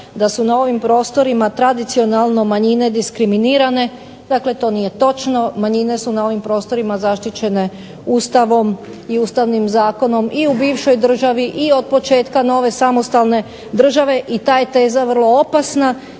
da su na ovim prostorima tradicionalno manjine diskriminirane. Dakle, to nije točno. Manjine su na ovim prostorima zaštićene Ustavom i Ustavnim zakonom i u bivšoj državi, i od početka nove, samostalne države i ta je teza vrlo opasna